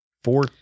Four